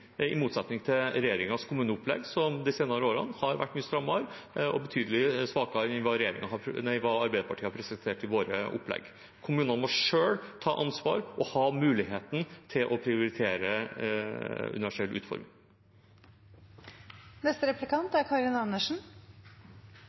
i motsetning til regjeringens kommuneopplegg, som de senere årene har vært mye strammere og betydelig svakere enn hva Arbeiderpartiet har presentert i sine opplegg. Kommunene må selv ta ansvar og ha muligheten til å prioritere universell